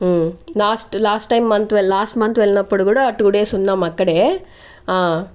last last time month వె last month వెళ్నప్పుడు కూడా టూ డేస్ ఉన్నాం అక్కడే ఆ